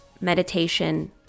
meditation